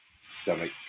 stomach